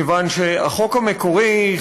כיוון שהחוק המקורי,